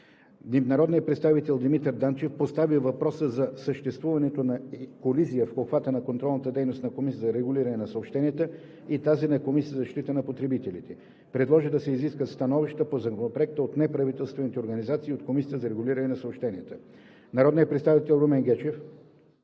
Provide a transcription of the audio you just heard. Народният представител Димитър Данчев постави въпроса за съществуването на колизия в обхвата на контролната дейност на Комисията за регулиране на съобщенията и тази на Комисията за защита на потребителите. Предложи да се изискат становища по Законопроекта от неправителствени организации и от Комисията за регулиране на съобщенията. Народният представител Румен Гечев